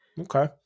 Okay